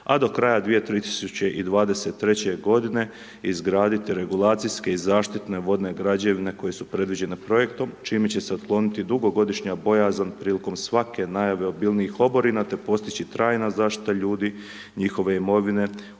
a do kraja 2023.-će godine izgraditi regulacijske i zaštitne vodne građevine koje su predviđene Projektom, čime će se otkloniti dugogodišnja bojazan prilikom svake najave obilnijih oborina, te postići trajna zaštita ljudi i njihove imovine od